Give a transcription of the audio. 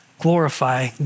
Glorify